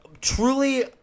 truly